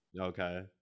okay